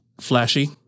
flashy